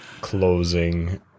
closing